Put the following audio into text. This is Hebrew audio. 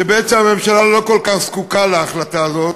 שבעצם הממשלה לא כל כך זקוקה להחלטה הזאת,